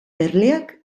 erleak